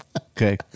Okay